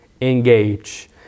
engage